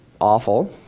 awful